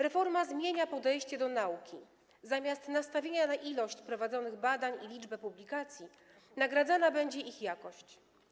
Reforma zmienia podejście do nauki - zamiast nastawienia na ilość prowadzonych badań i liczbę publikacji nagradzana będzie ich jakość.